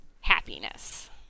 happiness